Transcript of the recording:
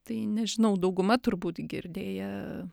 tai nežinau dauguma turbūt girdėję